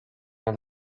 els